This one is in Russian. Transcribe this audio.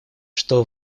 что